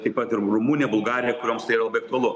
taip pat ir rumunija bulgarija kurioms tai yra labai aktualu